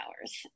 hours